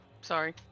sorry